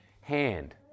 hand